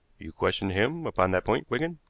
you questioned him upon that point, wigan?